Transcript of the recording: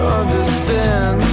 understand